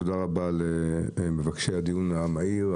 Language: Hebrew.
תודה רבה למבקשי הדיון המהיר,